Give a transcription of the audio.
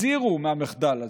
הזהירו מהמחדל הזה,